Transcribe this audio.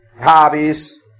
hobbies